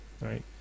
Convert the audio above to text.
right